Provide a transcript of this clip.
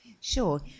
Sure